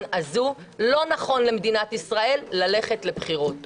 הזו לא נכון למדינת ישראל ללכת לבחירות.